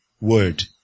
Word